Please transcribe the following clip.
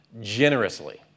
generously